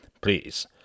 Please